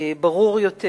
ברור יותר.